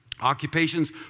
Occupations